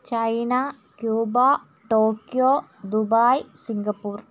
China Cuba Tokyo Dubai Singapore